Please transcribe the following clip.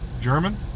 German